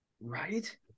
Right